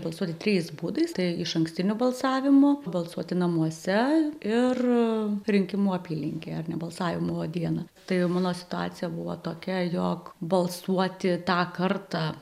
balsuoti trijais būdais tai išankstiniu balsavimu balsuoti namuose ir rinkimų apylinkėje ar ne balsavimo dieną tai mano situacija buvo tokia jog balsuoti tą kartą